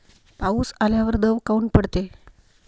पाऊस आल्यावर दव काऊन पडते?